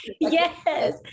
yes